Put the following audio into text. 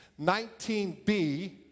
19B